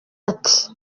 ati